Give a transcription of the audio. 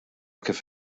kif